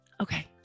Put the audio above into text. Okay